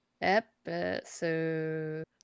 Episode